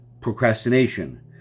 procrastination